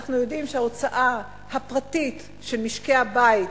אנחנו יודעים שההוצאה הפרטית של משקי הבית